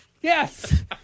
Yes